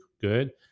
good